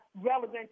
relevant